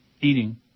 Eating